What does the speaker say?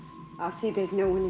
i'll see there's no